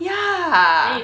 ya